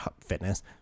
Fitness